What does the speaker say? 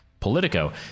Politico